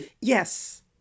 Yes